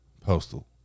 Postal